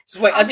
Wait